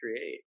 create